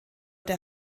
der